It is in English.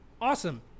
awesome